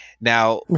Now